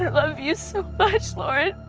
sort of you so much, lauren.